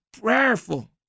prayerful